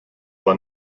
war